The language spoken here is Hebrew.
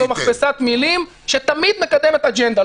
-- "שינוי חברתי" זאת מכבסת מילים שתמיד מקדמת אג'נדה.